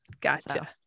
gotcha